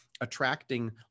attracting